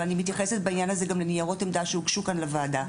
ואני מתייחסת בעניין הזה גם לניירות עמדה שהוגשו כאן לוועדה,